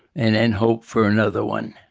and then hope for another one